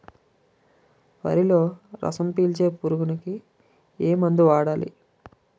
వరిలో రసం పీల్చే పురుగుకి ఏ మందు వాడాలి?